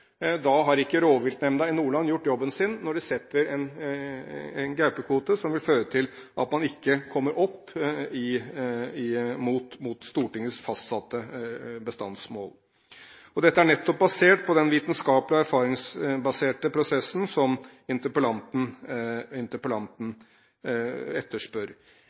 gjort jobben sin når de setter en gaupekvote som vil føre til at man ikke kommer opp mot Stortingets fastsatte bestandsmål. Dette er nettopp basert på den vitenskapelig erfaringsbaserte prosessen som interpellanten etterspør.